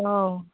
औ